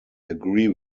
agree